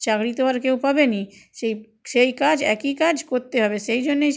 চাকরি তো আর কেউ পাবে না সেই সেই কাজ একই কাজ করতে হবে সেই জন্যেই